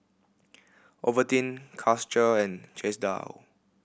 Ovaltine Karcher and Chesdale